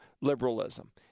liberalism